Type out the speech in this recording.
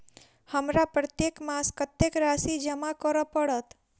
हमरा प्रत्येक मास कत्तेक राशि जमा करऽ पड़त?